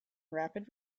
rapid